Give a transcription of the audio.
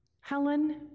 Helen